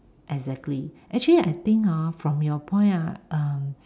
exactly actually I think ah from your point ah